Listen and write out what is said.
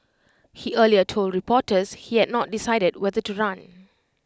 he earlier told reporters he had not decided whether to run